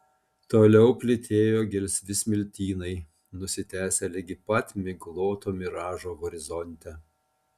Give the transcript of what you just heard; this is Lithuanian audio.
toliau plytėjo gelsvi smiltynai nusitęsę ligi pat migloto miražo horizonte